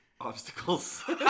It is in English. obstacles